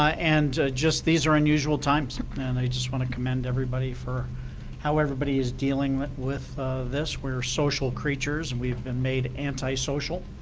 and just these are unusual times. and i just want to commend everybody for how everybody is dealing with this. we are social creatures. and we've been made anti-social.